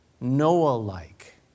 Noah-like